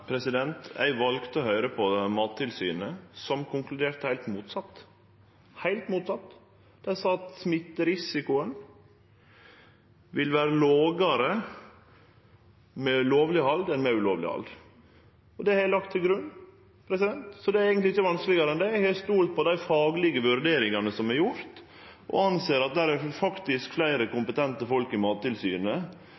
høyre på Mattilsynet, som konkluderte heilt motsett – heilt motsett. Dei sa at smitterisikoen vil vere lågare med lovleg hald enn med ulovleg hald, og det har eg lagt til grunn. Det er eigentleg ikkje vanskelegare enn det. Eg har stolt på dei faglege vurderingane som er gjorde, og tenkjer at det er faktisk fleire